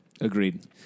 Agreed